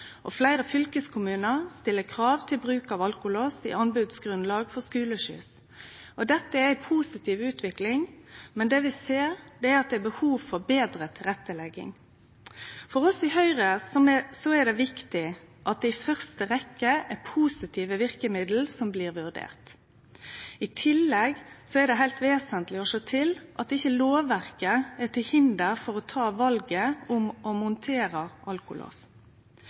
Fleire fylkeskommunar stiller krav til bruk av alkolås i anbodsgrunnlag for skuleskyss. Dette er ei positiv utvikling, men vi ser at det er behov for betre tilretteleggjing. For oss i Høgre er det viktig at det i første rekkje er positive verkemiddel som blir vurderte. I tillegg er det heilt vesentleg å sjå til at ikkje lovverket er til hinder for å take valet om å montere alkolås.